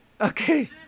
Okay